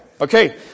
Okay